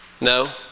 No